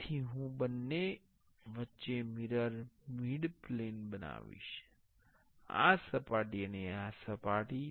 તેથી હું બંને વચ્ચે મિરર મિડપ્લેન બનાવીશ આ સપાટી અને આ સપાટી